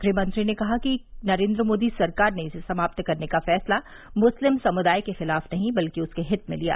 गृहमंत्री ने कहा कि नरेंद्र मोदी सरकार ने इसे समाप्त करने का फैसला मुस्लिम समुदाय के खिलाफ नहीं बल्कि उसके हित में लिया